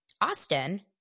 Austin